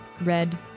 red